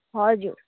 हजुर